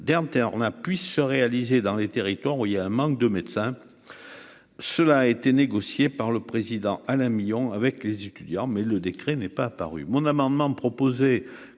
d'internat puisse se réaliser dans les territoires où il y a un manque de médecins, cela a été négocié par le président Alain Millon avec les étudiants, mais le décret n'est pas paru mon amendement proposé